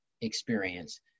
experience